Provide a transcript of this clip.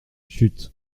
chut